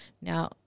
Now